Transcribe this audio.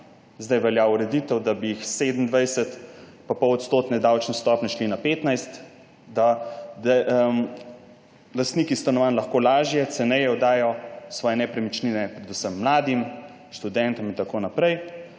zdaj velja ureditev, da bi s 27 pa pol odstotne stopnje šli na 15, da lastniki stanovanj lahko lažje, ceneje oddajo svoje nepremičnine predvsem mladim, študentom in tako naprej.